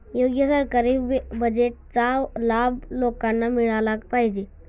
योग्य सरकारी बजेटचा लाभ लोकांना मिळाला पाहिजे